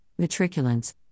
matriculants